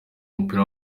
w’umupira